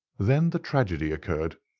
then the tragedy occurred.